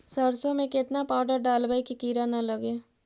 सरसों में केतना पाउडर डालबइ कि किड़ा न लगे?